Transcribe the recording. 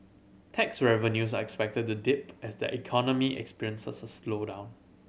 tax revenues are expected to dip as the economy experiences a slowdown